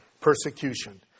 persecution